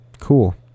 cool